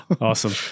Awesome